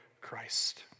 Christ